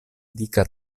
dika